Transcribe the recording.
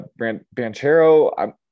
Banchero